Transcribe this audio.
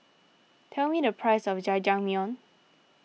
tell me the price of Jajangmyeon